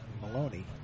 Maloney